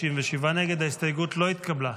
ההסתייגות לא התקבלה.